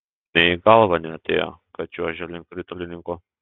nė į galvą neatėjo kad čiuožia link ritulininkų